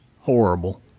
horrible